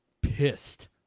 pissed